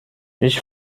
ich